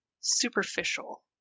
superficial